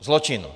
Zločin!